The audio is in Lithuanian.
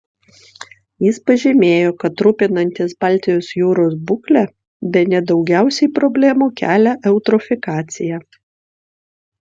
jis pažymėjo kad rūpinantis baltijos jūros būkle bene daugiausiai problemų kelia eutrofikacija